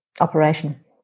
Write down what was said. operation